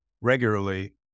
regularly